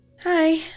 hi